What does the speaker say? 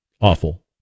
awful